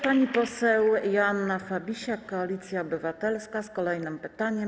Pani poseł Joanna Fabisiak, Koalicja Obywatelska, z kolejnym pytaniem.